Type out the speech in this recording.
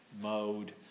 mode